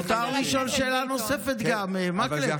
מותר לשאול גם שאלה נוספת, מקלב.